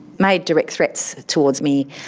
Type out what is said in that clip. made direct threats towards me,